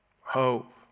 hope